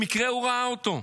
במקרה הוא ראה אותו.